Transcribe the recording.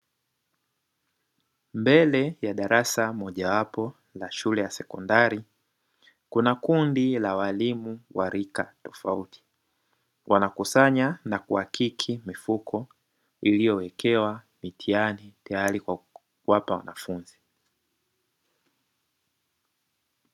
Mbele ya darasa moja wapo la shule ya sekondari, kuna kundi la walimu wa rika tofauti, wanakusanya na kuhakiki mifuko iliyowekewa mitihani tayari kwa kuwapa wanafunzi.